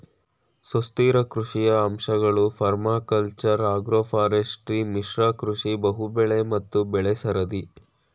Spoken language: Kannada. ಸುಸ್ಥಿರ ಕೃಷಿಯ ಅಂಶಗಳು ಪರ್ಮಾಕಲ್ಚರ್ ಅಗ್ರೋಫಾರೆಸ್ಟ್ರಿ ಮಿಶ್ರ ಕೃಷಿ ಬಹುಬೆಳೆ ಮತ್ತು ಬೆಳೆಸರದಿ